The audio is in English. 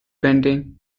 bending